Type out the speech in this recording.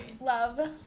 Love